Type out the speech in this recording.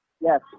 Yes